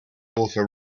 author